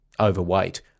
Overweight